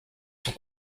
sont